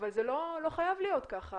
אבל זה לא חייב להיות ככה.